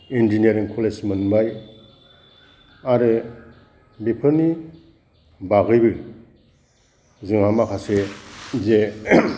engineering college मोनबाय आरो बेफोरनि बादैबो जोंहा माखासे जे